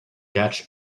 catch